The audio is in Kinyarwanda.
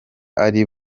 ari